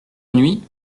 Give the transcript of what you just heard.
nuit